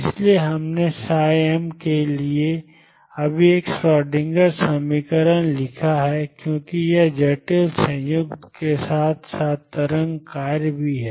इसलिए हमने m के लिए अभी एक श्रोडिंगर समीकरण लिखा है क्योंकि यह जटिल संयुग्म के साथ साथ तरंग कार्य भी है